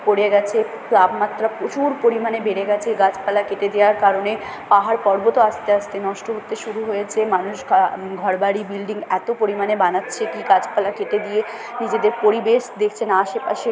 পড়ে গেছে তাপমাত্রা প্রচুর পরিমাণে বেড়ে গেছে গাছপালা কেটে দেয়ার কারণে পাহাড় পর্বতও আস্তে আস্তে নষ্ট হতে শুরু হয়েছে মানুষ কা ঘরবাড়ি বিল্ডিং এত পরিমাণে বানাচ্ছে কি গাছপালা কেটে দিয়ে নিজেদের পরিবেশ দেখছে না আশেপাশের